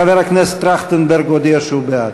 חבר הכנסת טרכטנברג הודיע שהוא בעד.